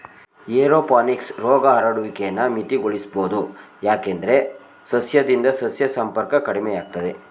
aeroponics ರೋಗ ಹರಡುವಿಕೆನ ಮಿತಿಗೊಳಿಸ್ಬೋದು ಯಾಕಂದ್ರೆ ಸಸ್ಯದಿಂದ ಸಸ್ಯ ಸಂಪರ್ಕ ಕಡಿಮೆಯಾಗ್ತದೆ